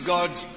God's